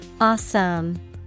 Awesome